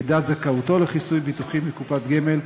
מידת זכאותו לכיסוי ביטוחי מקופת גמל,